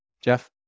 Jeff